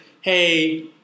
hey